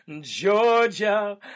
Georgia